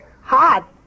Hot